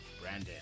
Brandon